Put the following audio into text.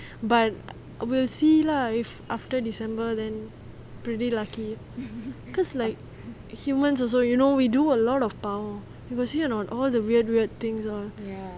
but we'll see lah if after december then maybe lucky because like humans also you know we do a lot of power you got see or not all the weird weird things lor